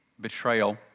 betrayal